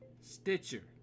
Stitcher